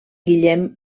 guillem